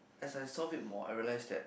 as I solve it more I realize that